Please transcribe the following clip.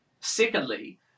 secondly